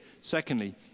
Secondly